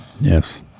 yes